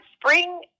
spring